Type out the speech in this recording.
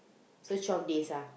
so twelve days ah